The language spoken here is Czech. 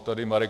Tady Marek